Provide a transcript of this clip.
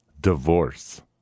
Divorce